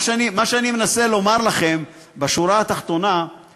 מה שאני מנסה לומר לכם בשורה התחתונה זה